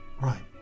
Right